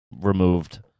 removed